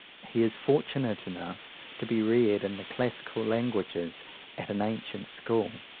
he is fortunate enough to be reared in the classical languages at an ancient school,